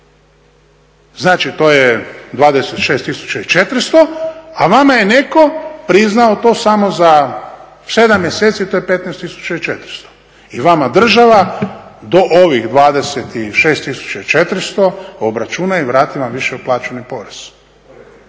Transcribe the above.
znači to je 26 400, a vama je netko priznao to samo za 7 mjeseci i to je 15 400. I vama država do ovih 26 400 obračuna i vrati vam više u plaćeni porez